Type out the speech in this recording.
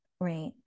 right